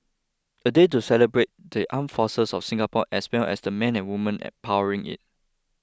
a day to celebrate the armed forces of Singapore as well as the men and women and powering it